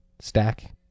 Stack